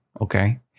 okay